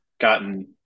gotten –